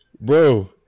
Bro